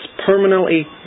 permanently